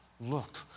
look